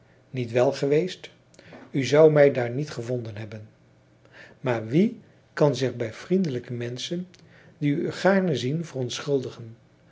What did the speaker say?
niet wèl geweest u zou mij daar niet gevonden hebben maar wie kan zich bij vriendelijke menschen die u gaarne zien